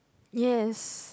yes